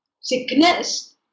sickness